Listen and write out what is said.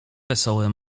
wesołe